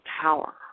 power